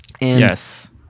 Yes